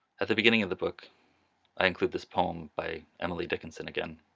at the beginning of the book i include this poem by emily dickinson again.